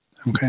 Okay